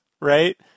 right